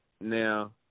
Now